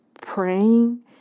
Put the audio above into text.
praying